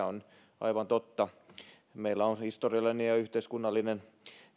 on aivan totta meillä on historiallinen ja yhteiskunnallinen